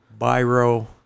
Biro